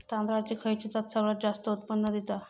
तांदळाची खयची जात सगळयात जास्त उत्पन्न दिता?